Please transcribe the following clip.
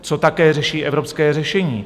Co také řeší evropské řešení?